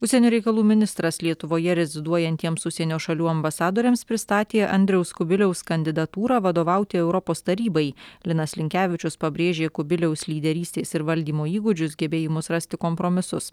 užsienio reikalų ministras lietuvoje reziduojantiems užsienio šalių ambasadoriams pristatė andriaus kubiliaus kandidatūrą vadovauti europos tarybai linas linkevičius pabrėžė kubiliaus lyderystės ir valdymo įgūdžius gebėjimus rasti kompromisus